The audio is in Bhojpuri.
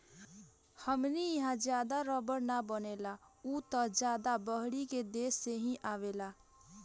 हमनी इहा ज्यादा रबड़ ना बनेला उ त ज्यादा बहरी के देश से ही आवेला